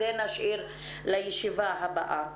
את זה נשאיר לישיבה הבאה.